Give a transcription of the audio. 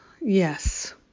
Yes